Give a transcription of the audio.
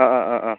ആ ആ ആ ആ